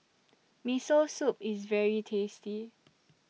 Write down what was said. Miso Soup IS very tasty